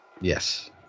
Yes